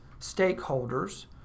stakeholders